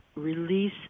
release